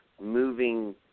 moving